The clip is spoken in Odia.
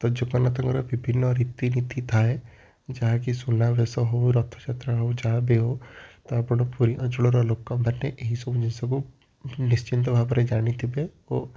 ତ ଜଗନ୍ନାଥଙ୍କର ବିଭିନ୍ନ ରୀତିନୀତି ଥାଏ ଯାହାକି ସୁନାବେଶ ହେଉ ରଥଯାତ୍ରା ହେଉ ଯାହା ବି ହେଉ ତ ଆପଣ ପୁରୀ ଅଞ୍ଚଳର ଲୋକମାନେ ଏହିସବୁ ନିଶ୍ଚିନ୍ତ ଭାବରେ ଜାଣିଥିବେ ଓ